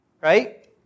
right